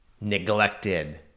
neglected